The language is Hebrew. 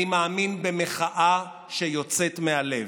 אני מאמין במחאה שיוצאת מהלב.